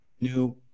new